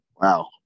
Wow